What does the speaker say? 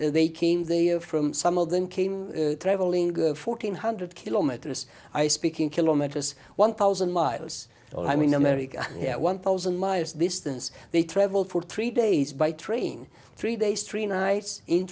came they are from some of them came traveling fourteen hundred kilometers i speaking kilometers one thousand miles or i mean america one thousand miles distance they travel for three days by train three days three nights in